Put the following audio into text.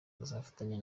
azafatanya